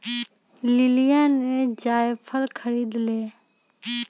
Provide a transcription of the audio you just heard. लिलीया ने जायफल खरीद लय